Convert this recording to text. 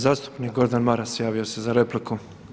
Zastupnik Gordan Maras javio se za repliku.